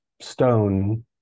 stone